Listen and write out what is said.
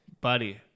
Buddy